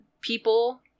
people